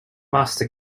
master